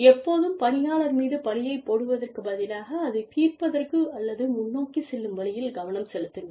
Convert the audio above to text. எப்போதும் பணியாளர் மீது பழியைப் போடுவதற்குப் பதிலாக அதை தீர்ப்பதற்கு அல்லது முன்னோக்கி செல்லும் வழியில் கவனம் செலுத்துங்கள்